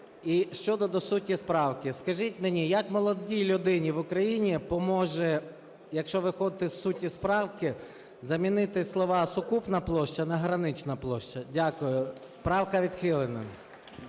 і щодо до суті правки. Скажіть мені, як молодій людині в Україні поможе, якщо виходити із суті правки, замінити слова "сукупна площа" на "гранична площа"? Дякую. Правка відхилена.